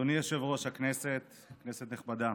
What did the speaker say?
אדוני היושב-ראש, כנסת נכבדה,